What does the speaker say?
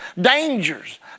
dangers